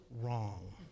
wrong